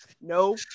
no